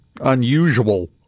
unusual